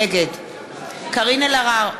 נגד קארין אלהרר,